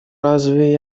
разве